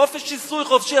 חופש שיסוי חופשי,